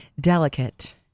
delicate